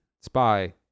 spy